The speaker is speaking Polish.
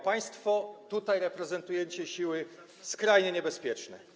Państwo tutaj reprezentujecie siły skrajnie niebezpieczne.